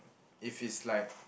if it's like